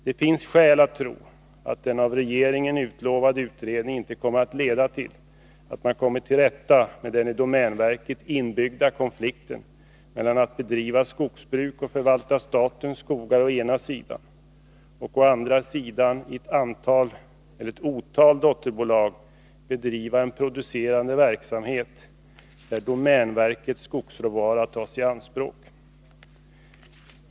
Det finns skäl att tro att den av regeringen utlovade utredningen inte kommer att leda till att man kommer till rätta med den i domänverket inbyggda konflikten mellan att å ena sidan bedriva skogsbruk och förvalta statens skogar och att å andra sidan i ett otal dotterbolag bedriva en producerande verksamhet, där domänverkets skogsråvara tas i anspråk.